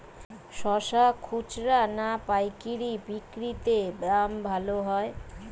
শশার খুচরা না পায়কারী বিক্রি তে দাম ভালো হয়?